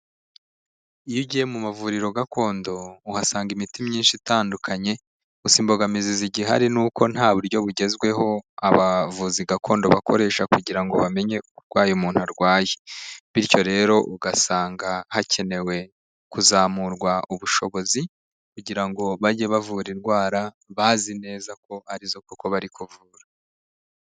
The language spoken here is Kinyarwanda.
Iyo ugiye mu mavuriro gakondo uhasanga imiti myinshi itandukanye, gusa imbogamizi zigihari ni uko nta buryo bugezweho abavuzi gakondo bakoresha kugira ngo bamenye uburwayi umuntu arwaye, bityo rero ugasanga hakenewe kuzamurwa ubushobozi kugira ngo bajye bavura indwara bazi neza ko arizo koko bari kuvura.